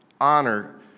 Honor